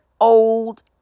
old